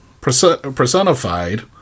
personified